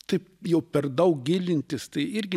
taip jau per daug gilintis tai irgi